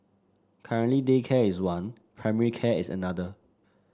currently daycare is one primary care is another